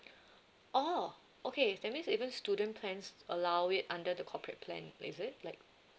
orh okay that means even student plans allow it under the corporate plan is it like